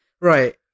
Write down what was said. right